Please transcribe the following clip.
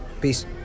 Peace